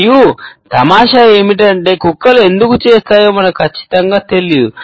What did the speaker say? మరియు తమాషా ఏమిటంటే కుక్కలు ఎందుకు చేస్తాయో మనకు ఖచ్చితంగా తెలియదు